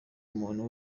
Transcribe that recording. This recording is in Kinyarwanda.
umuntu